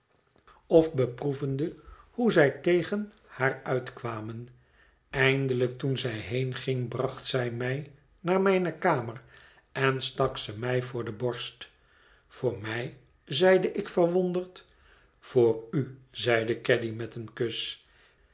of beproevende hoe zij tegen mijn haar uitkwamen eindelijk toen zij heenging bracht zij mij naar mijne kamer en stak ze mij voor de borst voor mij zeide ik verwonderd voor u zeide caddy met een kus